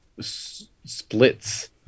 splits